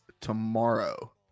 tomorrow